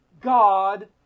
God